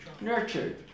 nurtured